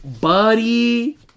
buddy